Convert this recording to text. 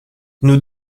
nous